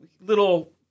little